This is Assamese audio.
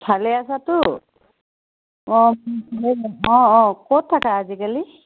ভালে আছাতো অ' অ' অ' ক'ত থাকা আজিকালি